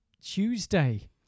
tuesday